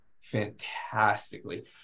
fantastically